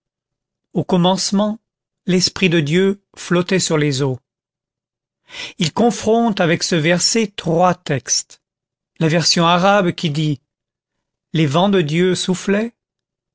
au commencement l'esprit de dieu flottait sur les eaux il confronte avec ce verset trois textes la version arabe qui dit les vents de dieu soufflaient